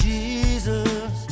Jesus